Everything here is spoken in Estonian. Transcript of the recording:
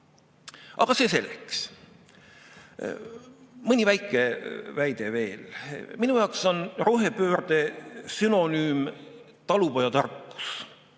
Aga see selleks. Mõni väike väide veel. Minu jaoks on rohepöörde sünonüüm talupojatarkus.